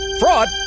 Fraud